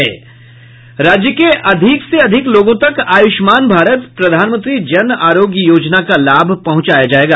राज्य के अधिक से अधिक लोगों तक आयुष्मान भारत प्रधानमंत्री जन आरोग्य योजना का लाभ पहुंचाया जायेगा